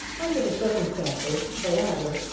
under the circumstances the latter,